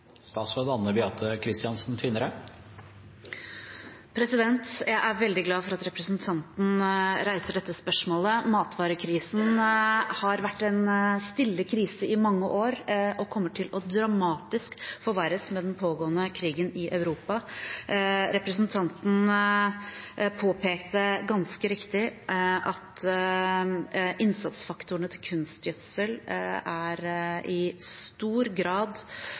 Jeg er veldig glad for at representanten reiser dette spørsmålet. Matvarekrisen har vært en stille krise i mange år og kommer til å forverres dramatisk med den pågående krigen i Europa. Representanten påpekte ganske riktig at innsatsfaktorene til kunstgjødsel i stor grad